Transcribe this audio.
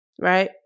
right